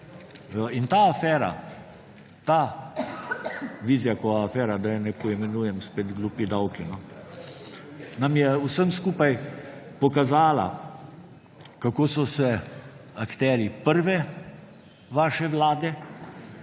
Ta afera, ta Vizjakova afera, da je ne poimenujem spet glupi davki, nam je vsem skupaj pokazala, kako so se akterji prve vaše vlade